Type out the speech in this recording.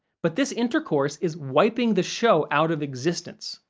but this intercourse is wiping the show out of existence.